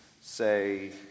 say